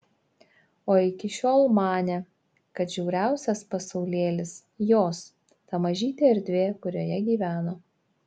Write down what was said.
o iki šiol manė kad žiauriausias pasaulėlis jos ta mažytė erdvė kurioje gyveno